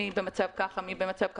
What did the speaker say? מי במצב ככה ומי במצב אחר,